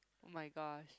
oh-my-gosh